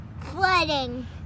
flooding